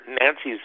Nancy's